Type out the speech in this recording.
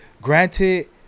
Granted